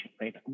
right